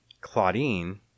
Claudine